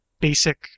basic